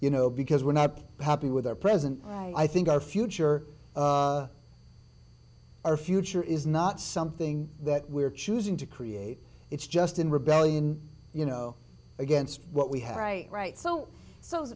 you know because we're not happy with our present i think our future our future is not something that we're choosing to create it's just in rebellion you know against what we have right right so so